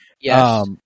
Yes